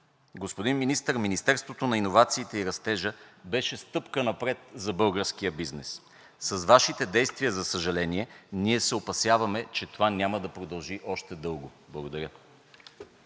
Господин Министър, Министерството на иновациите и растежа беше стъпка напред за българския бизнес. С Вашите действия, за съжаление, ние се опасяваме, че това няма да продължи още дълго. Благодаря.